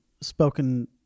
spoken